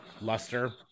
luster